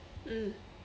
mm